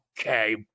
Okay